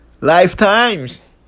Lifetimes